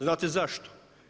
Znate zašto?